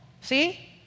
See